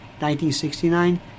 1969